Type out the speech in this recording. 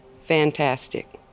fantastic